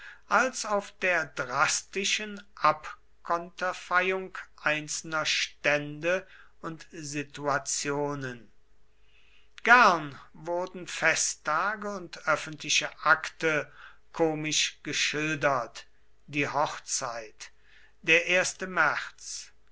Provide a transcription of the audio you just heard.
als auf der drastischen abkonterfeiung einzelner stände und situationen gern wurden festtage und öffentliche akte komisch geschildert die hochzeit der erste märz